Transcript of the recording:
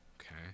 okay